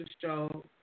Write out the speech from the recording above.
show